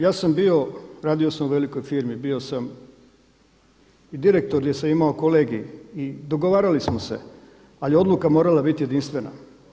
Ja sam bio, radio sam u velikoj firmi bio sam direktor gdje sam imao kolegij i dogovarali smo se, ali odluka je morala biti jedinstvena.